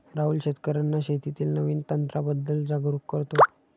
राहुल शेतकर्यांना शेतीतील नवीन तंत्रांबद्दल जागरूक करतो